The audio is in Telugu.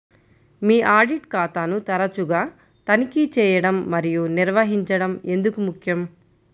మీ ఆడిట్ ఖాతాను తరచుగా తనిఖీ చేయడం మరియు నిర్వహించడం ఎందుకు ముఖ్యం?